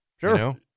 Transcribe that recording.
Sure